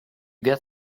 get